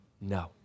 No